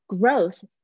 Growth